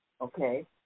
okay